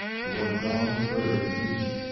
toward dawn the bird ceased.